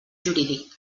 jurídic